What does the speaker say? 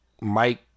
Mike